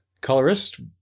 Colorist